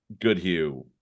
Goodhue